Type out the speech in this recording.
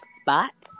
spots